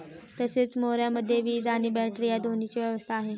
तसेच मोऱ्यामध्ये वीज आणि बॅटरी या दोन्हीची व्यवस्था आहे